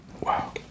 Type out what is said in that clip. Wow